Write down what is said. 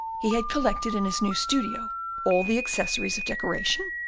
he had collected in his new studio all the accessories of decoration?